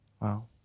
wow